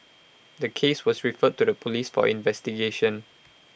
the case was referred to the Police for investigation